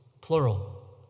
plural